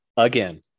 again